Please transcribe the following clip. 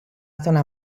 zona